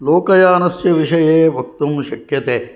लोकयानस्य विषये वक्तुं शक्यते